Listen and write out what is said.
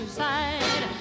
side